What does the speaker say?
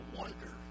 wonder